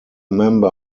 member